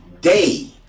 day